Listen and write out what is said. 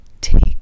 take